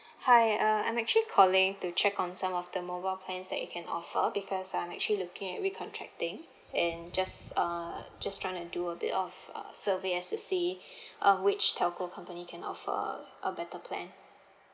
hi uh I'm actually calling to check on some of the mobile plans that you can offer because I'm actually looking at recontracting and just uh just trying to do a bit of uh survey as to say uh which telco company can offer a better plan